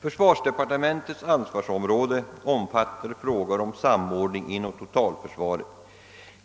» Försvarsdepartementets ansvarsområde omfattar frågor om samordning inom totalförsvaret.